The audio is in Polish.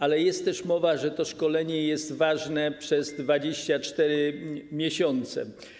Ale jest też mowa o tym, że to szkolenie jest ważne przez 24 miesiące.